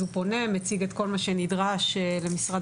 הוא פונה ומציג את כול מה שנדרש למשרד